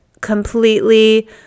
completely